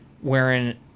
wherein